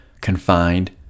confined